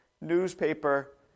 newspaper